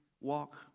walk